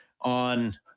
on